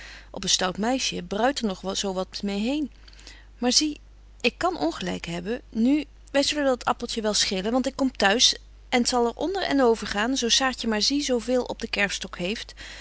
een stout meisje bruit er nog zo wat meê heen maar zie ik kan ongelyk hebben nu wy zullen dat appeltje wel schillen want ik kom t'huis en t zal er onder en overgaan zo saartje maar zie zo veel op de kerfstok heeft